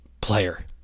player